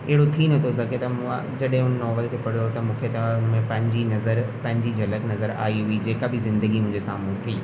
अहिड़ो थी नथो सघे त मूं जॾहिं हुन नॉवेल खे पढ़ियो त मूंखे त हुन में पंहिंजी नज़र पंहिंजी झलक नज़र आई हुई जेका बि ज़िंदगी मुंहिंजे साम्हूं थी